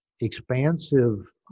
expansive